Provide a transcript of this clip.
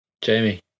Jamie